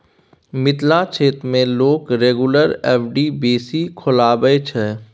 मिथिला क्षेत्र मे लोक रेगुलर एफ.डी बेसी खोलबाबै छै